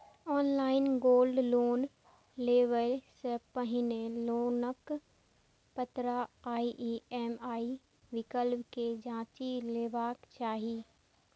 online gold loan लेबय सं पहिने लोनक पात्रता आ ई.एम.आई विकल्प कें जांचि लेबाक चाही